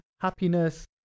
happiness